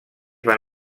van